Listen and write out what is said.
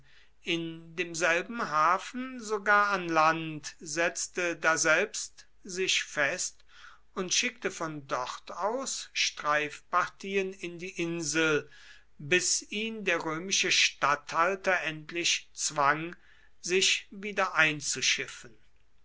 in demselben hafen sogar an das land setzte daselbst sich fest und schickte von dort aus streifpartien in die insel bis ihn der römische statthalter endlich zwang sich